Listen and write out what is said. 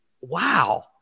Wow